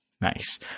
Nice